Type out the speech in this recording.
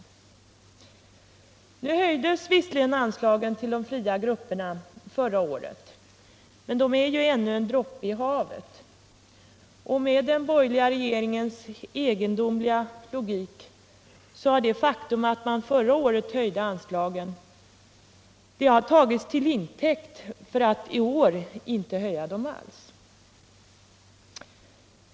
Anslagen till de fria teatergrupperna höjdes visserligen förra året, men de är ännu bara som en droppe i havet, och med den nya regeringens egendomliga logik har det faktum att den höjde anslagen förra året tagits till intäkt för att regeringen i år inte ansett sig behöva höja dem alls.